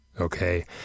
Okay